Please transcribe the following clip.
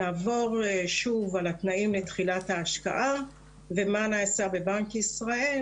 נעבור שוב על התנאים לתחילת ההשקעה ומה נעשה בבנק ישראל